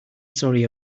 sorry